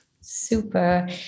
Super